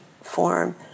form